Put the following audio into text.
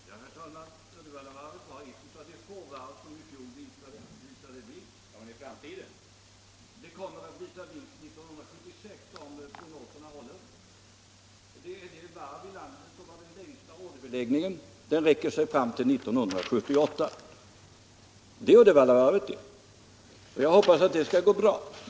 Herr talman! Uddevallavarvet var ett av de få varv som i fjol visade vinst. Det kommer att visa vinst 1976, om prognoserna håller. Det är det varv i landet som har den längsta orderbeläggningen — den sträcker sig fram till 1978. Jag hoppas att Uddevallavarvet skall gå bra.